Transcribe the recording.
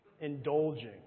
indulging